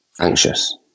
anxious